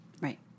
Right